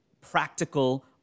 practical